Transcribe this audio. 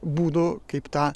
būdų kaip tą